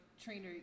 trainer